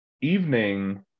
evening